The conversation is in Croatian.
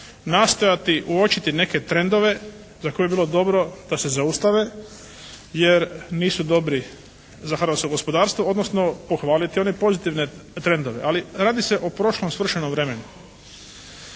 nastojati uočiti neke trendove za koje bi bilo dobro da se zaustave jer nisu dobri za hrvatsko gospodarstvo odnosno pohvaliti one pozitivne trendove. Ali radi se o prošlom svršenom vremenu.